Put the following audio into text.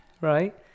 Right